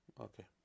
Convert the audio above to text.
Okay